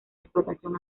explotación